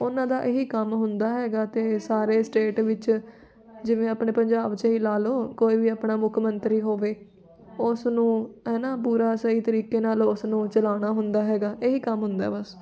ਉਹਨਾਂ ਦਾ ਇਹ ਹੀ ਕੰਮ ਹੁੰਦਾ ਹੈਗਾ ਅਤੇ ਸਾਰੇ ਸਟੇਟ ਵਿੱਚ ਜਿਵੇਂ ਆਪਣੇ ਪੰਜਾਬ 'ਚ ਹੀ ਲਾ ਲਓ ਕੋਈ ਵੀ ਆਪਣਾ ਮੁੱਖ ਮੰਤਰੀ ਹੋਵੇ ਉਸ ਨੂੰ ਹੈਨਾ ਪੂਰਾ ਸਹੀ ਤਰੀਕੇ ਨਾਲ ਉਸਨੂੰ ਚਲਾਉਣਾ ਹੁੰਦਾ ਹੈਗਾ ਇਹ ਹੀ ਕੰਮ ਹੁੰਦਾ ਬਸ